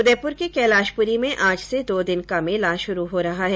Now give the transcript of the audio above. उदयपुर के कैलाशपुरी में आज से दो दिन का मेला शुरू हो रहा है